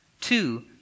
Two